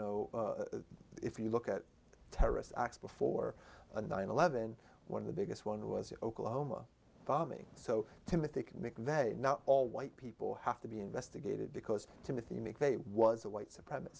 know if you look at the terrorist acts before nine eleven one of the biggest one was oklahoma bombing so timothy mcveigh now all white people have to be investigated because timothy mcveigh was a white supremac